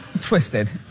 twisted